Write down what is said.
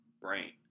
brain